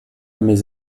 mes